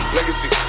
Legacy